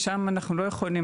ששם אנחנו לא יכולים,